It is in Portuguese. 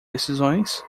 decisões